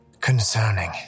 concerning